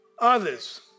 Others